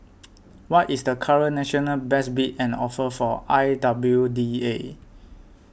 what is the current national best bid and offer for I W D A